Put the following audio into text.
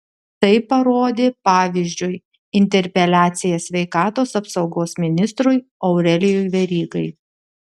tai parodė pavyzdžiui interpeliacija sveikatos apsaugos ministrui aurelijui verygai